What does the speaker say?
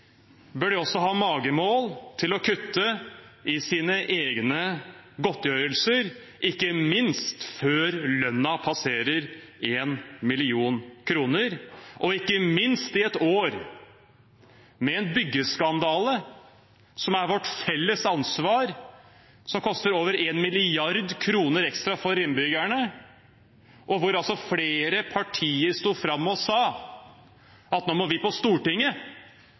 bør de også ha magemål til å kutte i sine egne godtgjørelser – ikke minst før lønnen passerer 1 mill. kr, og ikke minst i et år med en byggeskandale som er vårt felles ansvar, som koster over 1 mrd. kr ekstra for innbyggerne, og hvor altså flere partier sto fram og sa at nå måtte vi på Stortinget